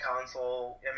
console